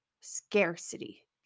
scarcity